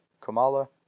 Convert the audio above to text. Kamala